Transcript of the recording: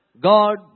God